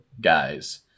guys